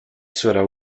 sera